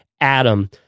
Adam